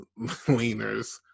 leaners